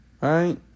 right